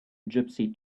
gypsy